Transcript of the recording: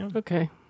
Okay